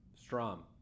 Strom